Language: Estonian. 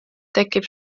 tekib